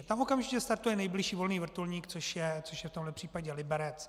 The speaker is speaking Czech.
Tam okamžitě startuje nejbližší volný vrtulník, což je v tomhle případě Liberec.